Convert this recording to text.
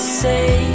say